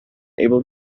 able